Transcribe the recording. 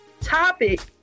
topic